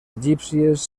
egípcies